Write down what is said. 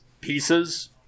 pieces